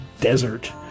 desert